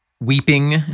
Weeping